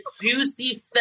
juicy